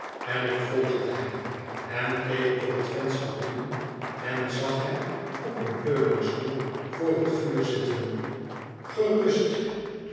en ik volgde hem én keek door het venster binnen en zag hem op een leuningstoel voor het vuur zitten gerust